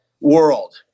world